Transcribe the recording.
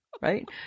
Right